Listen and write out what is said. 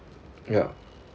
ya